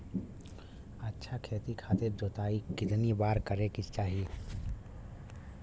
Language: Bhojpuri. अच्छा खेती खातिर जोताई कितना बार करे के चाही?